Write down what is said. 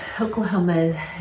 Oklahoma